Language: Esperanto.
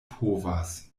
povas